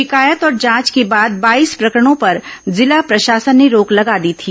शिकायत और जांच के बाद बाईस प्रकरणों पर जिला प्रशासन ने रोक लगा दी थी